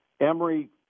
Emory